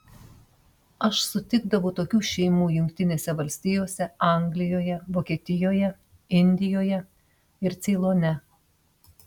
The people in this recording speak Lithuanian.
aš sutikdavau tokių šeimų jungtinėse valstijose anglijoje vokietijoje indijoje ir ceilone